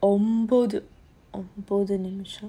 ஒன்பது:onbathu